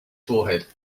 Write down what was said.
forehead